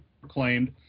proclaimed